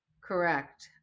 Correct